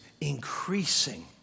increasing